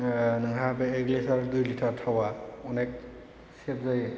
नोंहा बेहाय एक लिटार दुइ लिटार थावया अनेक सेब जायो